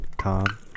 Tom